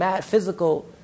physical